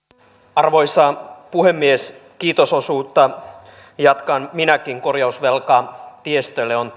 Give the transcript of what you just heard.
arvoisa puhemies kiitososuutta jatkan minäkin korjausvelka tiestölle on